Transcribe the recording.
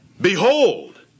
Behold